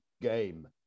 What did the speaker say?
game